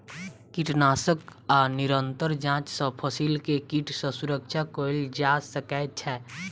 कीटनाशक आ निरंतर जांच सॅ फसिल के कीट सॅ सुरक्षा कयल जा सकै छै